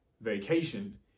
vacation